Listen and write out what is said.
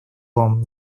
вам